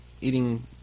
eating